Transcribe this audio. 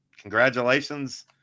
congratulations